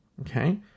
Okay